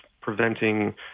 preventing